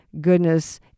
goodness